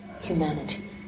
humanity